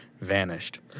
Vanished